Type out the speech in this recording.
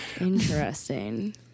interesting